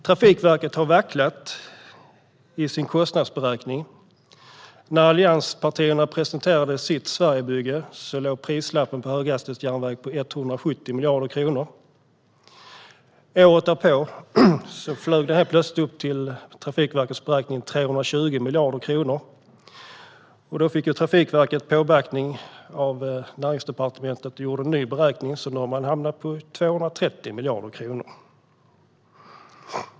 Trafikverket har vacklat i sin kostnadsberäkning. När allianspartierna presenterade sitt Sverigebygge låg prislappen för höghastighetsjärnväg på 170 miljarder kronor. Året därpå flög det helt plötsligt upp till, enligt Trafikverkets beräkning, 320 miljarder kronor. Då fick Trafikverket påbackning av Näringsdepartementet och gjorde en ny beräkning, så nu har man hamnat på 230 miljarder kronor.